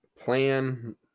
plan